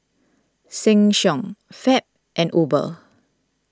Sheng Siong Fab and Uber